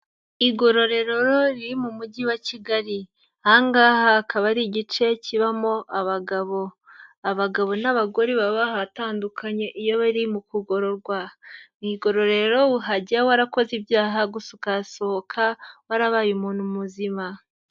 Igororero riri mu Mujyi wa Kigali. Aha ngaha hakaba ari igice kibamo abagabo. Abagabo n'abagore baba ahatandukanye iyo bari mu kugororwa. Mu igororero uhajya warakoze ibyaha gusa ukahasohoka warabaye umuntu muzima.